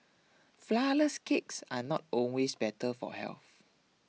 Flourless Cakes are not always better for health